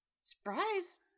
Surprise